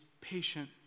patient